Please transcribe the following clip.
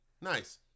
Nice